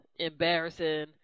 embarrassing